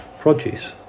produce